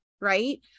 right